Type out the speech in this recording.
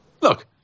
Look